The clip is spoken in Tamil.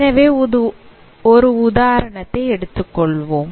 எனவே ஒரு உதாரணத்தை எடுத்துக் கொள்வோம்